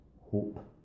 hope